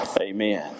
Amen